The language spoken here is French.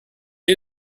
est